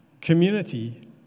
community